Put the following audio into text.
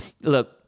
Look